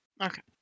okay